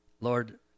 Lord